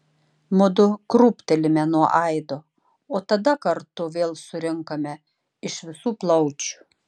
mudu krūptelime nuo aido o tada kartu vėl surinkame iš visų plaučių